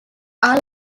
are